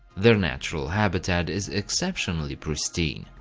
their natural habitat is exceptionally pristine.